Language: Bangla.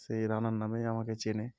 সেই রান্নার নামেই আমাকে চেনে